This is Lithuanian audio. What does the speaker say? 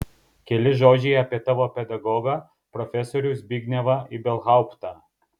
keli žodžiai apie tavo pedagogą profesorių zbignevą ibelhauptą